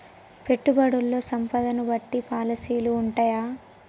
పెట్టుబడుల్లో సంపదను బట్టి పాలసీలు ఉంటయా?